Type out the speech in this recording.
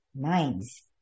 minds